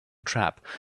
trap